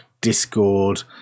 Discord